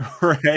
Right